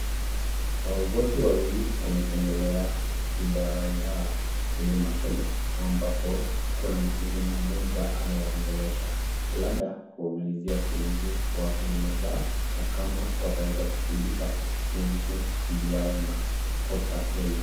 Watu wawili wametembelea idara ya huduma kenya ambapo kuna mhudumu mmoja anawaongelesha labda kuwaulizia kuhusu huduma zao na kama wataweza kusaidika kuhusu shughuli yao na Posta Pay.